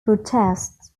protests